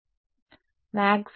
విద్యార్థి మాక్స్వెల్ సమీకరణం